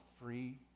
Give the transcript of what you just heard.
free